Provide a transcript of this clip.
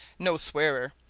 no swearer.